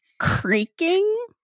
creaking